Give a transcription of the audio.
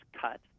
cut